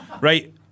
right